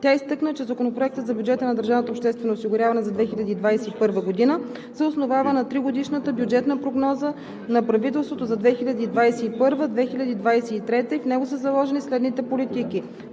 Тя изтъкна, че Законопроектът за бюджета на държавното обществено осигуряване за 2021 г. се основава на тригодишната бюджетна прогноза на правителството за 2021 – 2023 г. и в него са заложени следните политики: